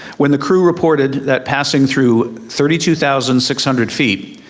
when the crew reported that passing through thirty two thousand six hundred feet,